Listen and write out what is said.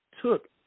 took